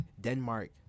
Denmark